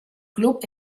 club